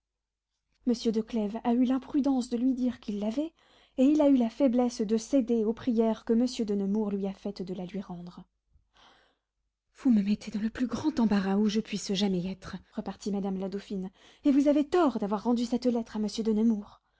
monsieur de clèves a eu l'imprudence de lui dire qu'il l'avait et il a eu la faiblesse de céder aux prières que monsieur de nemours lui a faites de la lui rendre vous me mettez dans le plus grand embarras où je puisse jamais être repartit madame la dauphine et vous avez tort d'avoir rendu cette lettre à monsieur de nemours